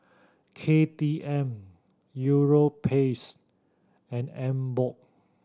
K T M Europace and Emborg